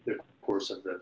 the course of the